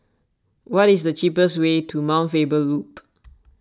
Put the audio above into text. what is the cheapest way to Mount Faber Loop